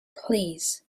please